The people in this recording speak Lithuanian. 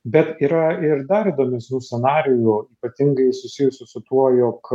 bet yra ir dar įdomesnių scenarijų ypatingai susijusių su tuo jog